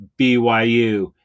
BYU